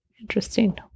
interesting